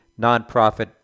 nonprofit